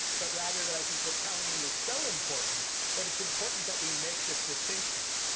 but rather that i think the tallying is so important that it's important that we make this distinction.